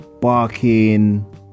barking